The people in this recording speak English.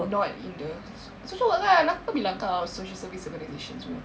not in the social work ah kan aku bilang kau social service organisations semua